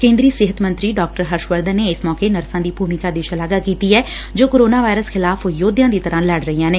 ਕੇ ਂਦਰੀ ਸਿਹਤ ਮੰਤਰੀ ਡਾ ਂਹਰਸ਼ ਵਰਧਨ ਨੇ ਇਸ ਮੌਕੇ ਨਰਸਾਂ ਦੀ ਭੁਮਿਕਾ ਦੀ ਸ਼ਲਾਘਾ ਕੀਤੀ ਐ ਜੋ ਕੋਰੋਨਾ ਵਾਇਰਸ ਖਿਲਾਫ਼ ਯੋਧਿਆਂ ਦੀ ਤਰ੍ਰਾਂ ਲੜ ਰਹੀਆਂ ਨੇ